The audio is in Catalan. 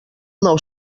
nou